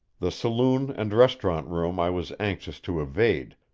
the saloon and restaurant room i was anxious to evade,